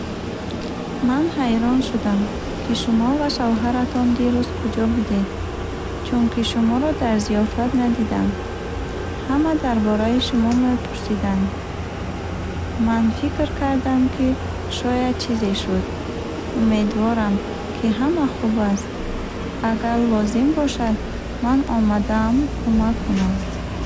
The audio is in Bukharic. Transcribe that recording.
Ман ҳайрон шудам, ки шумо ва шавҳаратон дирӯз куҷо будед, чунки шуморо дар зиёфат надидам. Ҳама дар бораи шумо мепурсиданд. Ман фикр кардам, ки шояд чизе шуд. Умедворам, ки ҳама хуб аст. Агар лозим бошад, ман омадаам кӯмак кунам.